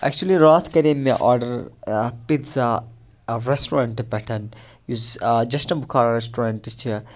اٮ۪کچُلی راتھ کَرے مےٚ آڈَر پِتزا رٮ۪سٹورنٛٹ پٮ۪ٹھ یُس جَسٹ بُخارا رٮ۪سٹورنٛٹ چھِ